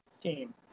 team